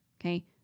Okay